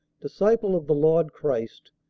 disciple of the lord christ,